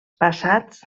passats